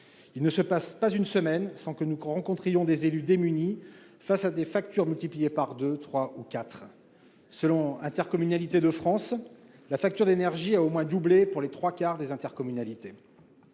Il ne se passe pas une semaine sans que nous rencontrions des élus démunis face à des factures dont le montant a été multiplié par deux, trois ou quatre. Selon Intercommunalités de France, la facture d'énergie a au moins doublé pour les trois quarts des intercommunalités.